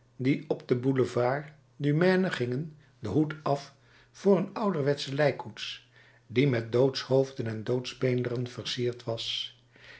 die op den boulevard du maine gingen den hoed af voor een ouderwetsche lijkkoets die met doodshoofden en doodsbeenderen versierd was